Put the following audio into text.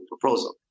proposal